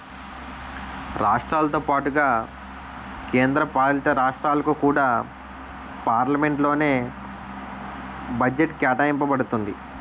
రాష్ట్రాలతో పాటుగా కేంద్ర పాలితరాష్ట్రాలకు కూడా పార్లమెంట్ లోనే బడ్జెట్ కేటాయింప బడుతుంది